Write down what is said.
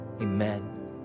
amen